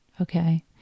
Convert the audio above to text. Okay